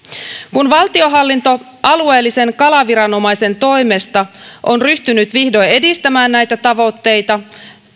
kun valtionhallinto alueellisen kalaviranomaisen toimesta on ryhtynyt vihdoin edistämään näitä tavoitteita